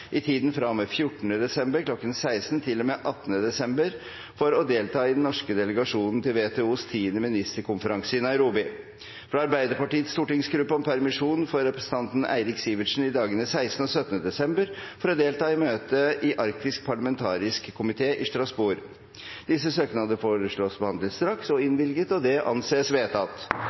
i tiden fra og med 14. desember kl. 16 til og med 18. desember for å delta i den norske delegasjonen til WTOs 10. ministerkonferanse i Nairobi fra Arbeiderpartiets stortingsgruppe om permisjon for representanten Eirik Sivertsen i dagene 16. og 17. desember for å delta i møte i arktisk parlamentarisk komité i Strasbourg Disse søknader foreslås behandlet straks og